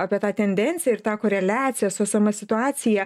apie tą tendenciją ir tą koreliaciją su esama situacija